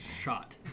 Shot